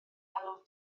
alw